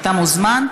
אתה מוזמן,